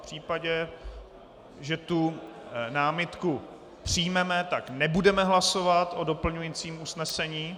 V případě, že tu námitku přijmeme, tak nebudeme hlasovat o doplňujícím usnesení.